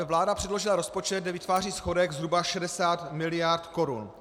Vláda předložila rozpočet, kde vytváří schodek zhruba 60 mld. korun.